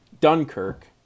Dunkirk